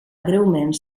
greument